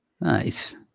Nice